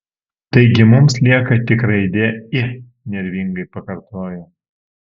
taigi mums lieka tik raidė i nervingai pakartojo